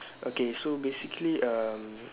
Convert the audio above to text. okay so basically um